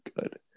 good